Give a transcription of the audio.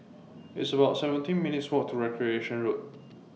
It's about seventeen minutes' Walk to Recreation Road